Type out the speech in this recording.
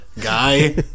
guy